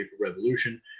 Revolution